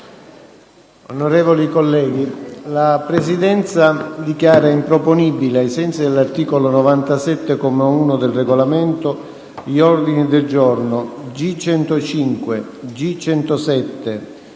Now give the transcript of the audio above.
Onorevoli colleghi, la Presidenza dichiara improponibili, ai sensi dell'articolo 97, comma 1, del Regolamento, gli ordini del giorno G105, G107,